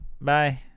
Bye